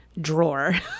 Drawer